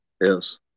Yes